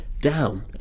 down